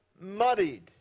muddied